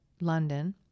London